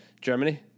Germany